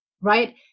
right